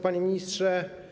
Panie Ministrze!